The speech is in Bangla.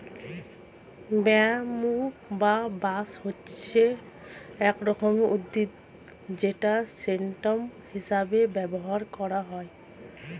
ব্যাম্বু বা বাঁশ হচ্ছে এক রকমের উদ্ভিদ যেটা স্টেম হিসেবে ব্যবহার করা হয়